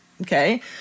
Okay